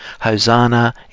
Hosanna